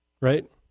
right